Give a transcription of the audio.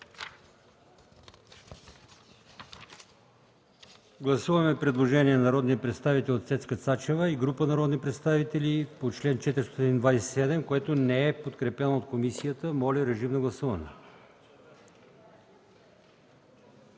гласуваме предложението от народния представител Цецка Цачева и група народни представители по чл. 432, което не е подкрепено от комисията. Гласували